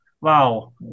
wow